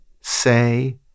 say